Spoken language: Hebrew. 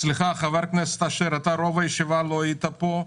סליחה, חבר הכנסת אשר, רוב הישיבה אתה לא היית פה.